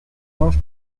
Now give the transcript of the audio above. north